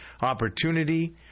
opportunity